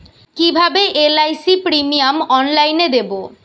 কিভাবে LIC premium অনলাইনে দেবো?